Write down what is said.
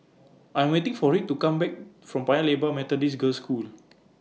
I Am waiting For Reed to Come Back from Paya Lebar Methodist Girls' School